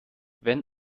wenn